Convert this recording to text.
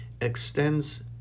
extends